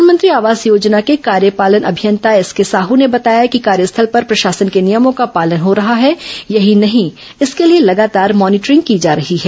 प्रधानमंत्री आवास योजना के कार्यपालन अभियंता एसके साहू ने बताया कि कार्यस्थल पर प्रशासन के नियमों का पालन हो रहा है यह नहीं इसके लिए लगातार मॉनिटरिंग को जा रही है